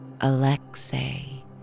Alexei